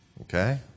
okay